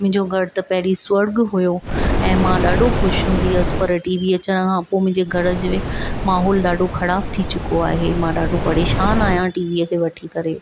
मुंहिंजो घरु त पहिरीं स्वर्ग हुयो ऐं मां ॾाढो ख़ुशि हूंदी हुअसि पर टीवीअ अचण खां पऐ मुंहिंजी घर जी बि माहौल ॾाढो ख़राबु थी चुको आहे मां ॾाढो परेशान आहियां टीवीअ खे वठी करे